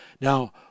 Now